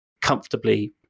comfortably